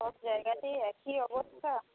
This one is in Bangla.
সব জায়গাতেই একই অবস্থা